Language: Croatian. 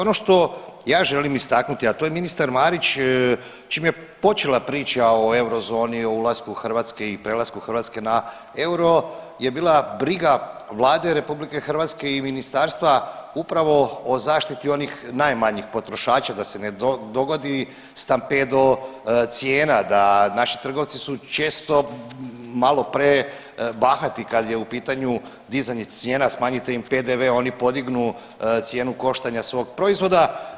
Ono što ja želim istaknuti a to je ministar Marić čim je počela priča o eurozoni, o ulasku Hrvatske i prelasku Hrvatske na euro je bila briga Vlade RH i ministarstva upravo o zaštiti onih najmanjih potrošača da se ne dogodi stampedo cijena, da naši trgovci su često malo prebahati kada je u pitanju dizanje cijena, smanjite im PDV oni podignu cijenu koštanja svog proizvoda.